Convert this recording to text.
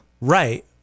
Right